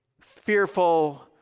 fearful